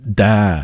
da